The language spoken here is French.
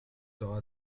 sera